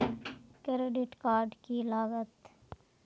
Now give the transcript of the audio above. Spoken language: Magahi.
क्रेडिट कार्ड की लागत?